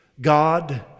God